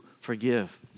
forgive